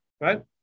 right